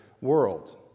world